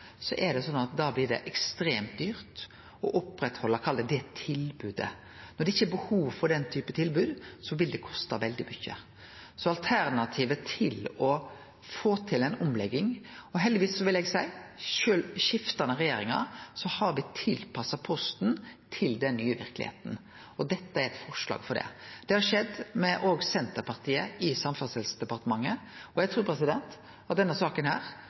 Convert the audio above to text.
så mykje, blir det ekstremt dyrt å halde oppe det tilbodet. Når det ikkje er behov for den typen tilbod, vil alternativet til å få til ei omlegging koste veldig mykje. Heldigvis har me – vil eg seie – sjølv med skiftande regjeringar tilpassa Posten til den nye verkelegheita, og dette er eit forslag om det. Det har òg skjedd med Senterpartiet i Samferdselsdepartementet. Eg trur at denne saka